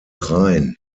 rein